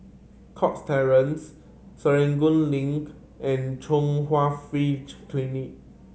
Cox Terrace Serangoon Link and Chung Hwa Free Clinic